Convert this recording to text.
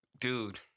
dude